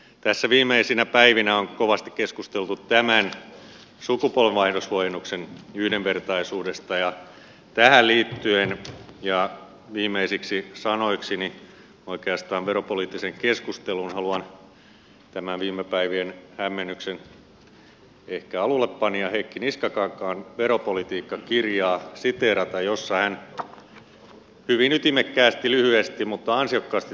tässä viimeisinä päivinä on kovasti keskusteltu tämän sukupolvenvaihdoshuojennuksen yhdenvertaisuudesta ja tähän liittyen ja viimeisiksi sanoiksi oikeastaan veropoliittiseen keskusteluun haluan siteerata viime päivien hämmennyksen ehkä alullepanijan heikki niskakankaan veropolitiikka kirjaa jossa hän hyvin ytimekkäästi lyhyesti mutta ansiokkaasti toteaa